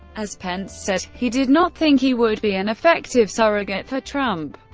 as pence said he did not think he would be an effective surrogate for trump.